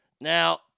Now